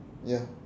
ya